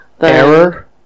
Error